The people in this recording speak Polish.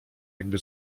jakby